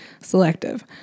selective